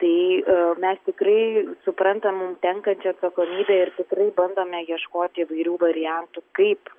tai mes tikrai suprantam mum tenkančią atsakomybę ir tikrai bandome ieškoti įvairių variantų kaip